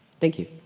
thank you.